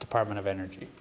department of energy,